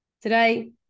today